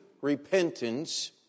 repentance